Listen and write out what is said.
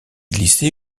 glissé